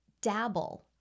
dabble